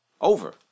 Over